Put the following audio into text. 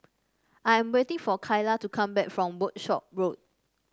I am waiting for Kyla to come back from Workshop Road